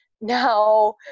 Now